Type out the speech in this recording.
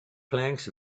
planks